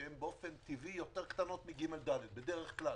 שהם באופן טבעי יותר קטנות מ-ג' וד' בדרך כלל,